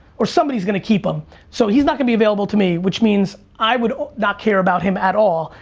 or somebody's gonna keep him so, he's not gonna be available to me which means i would not care about him at all.